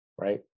right